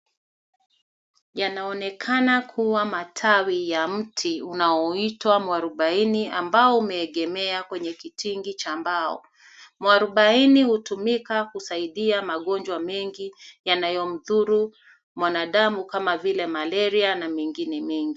Yanaonekana kuwa matawi ya mti unaoitwa mwarubaini ambao umeegemea kwenye kitingi cha mbao. Mwarubaini hutumika kusaidia magonjwa mengi yanayomdhuru mwanadamu kama vile malaria na mengine mengi.